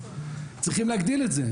צריכים להגדיל את זה,